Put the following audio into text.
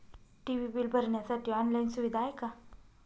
TV bill भरण्यासाठी online सुविधा आहे का?